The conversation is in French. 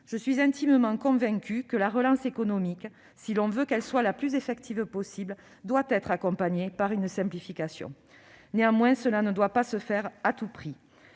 je suis intimement convaincue que la relance économique, si l'on veut qu'elle soit la plus effective possible, doit être accompagnée par une simplification. Cela ne doit néanmoins pas se faire à tout prix.